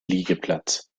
liegeplatz